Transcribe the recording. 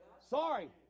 Sorry